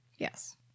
Yes